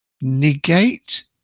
Negate